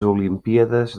olimpíades